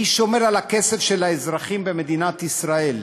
מי שומר על הכסף של האזרחים במדינת ישראל?